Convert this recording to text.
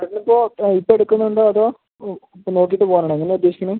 അത് ഇപ്പം ഇപ്പം എടുക്കുന്നുണ്ടോ അതോ ഓ ഇപ്പം നോക്കിയിട്ട് പോവാൻ ആണോ എങ്ങനെയാണ് ഉദ്ദേശിക്കുന്നത്